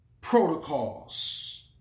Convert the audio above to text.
protocols